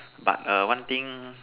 but err one thing